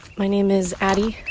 my name is addy.